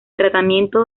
tratamiento